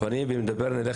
אם נדבר על הצפון זה על הפנים,